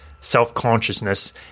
self-consciousness